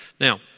Now